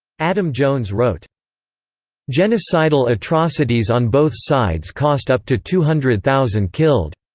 adam jones wrote genocidal atrocities on both sides cost up to two hundred thousand killed.